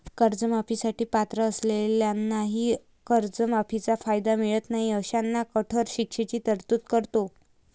कर्जमाफी साठी पात्र असलेल्यांनाही कर्जमाफीचा कायदा मिळत नाही अशांना कठोर शिक्षेची तरतूद करतो